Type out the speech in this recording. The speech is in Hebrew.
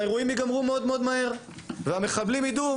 האירועים יגמרו מאוד מאוד מהר והמחבלים ידעו